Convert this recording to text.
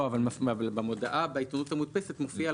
אבל במודעה בעיתונות המודפסת מופיעה